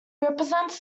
represents